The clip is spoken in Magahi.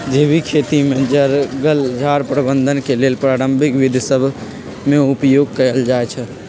जैविक खेती में जङगल झार प्रबंधन के लेल पारंपरिक विद्ध सभ में उपयोग कएल जाइ छइ